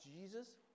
Jesus